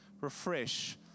refresh